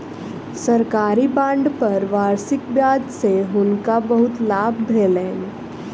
सरकारी बांड पर वार्षिक ब्याज सॅ हुनका बहुत लाभ भेलैन